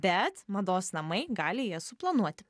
bet mados namai gali jas suplanuoti